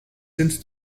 since